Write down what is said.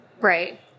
Right